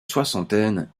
soixantaine